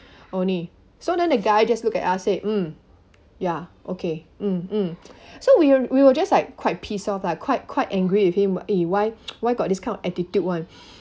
only so then the guy just look at us said mm ya okay mm mm so we were we were just like quite pissed off lah quite quite angry with him eh why why got this kind of attitude one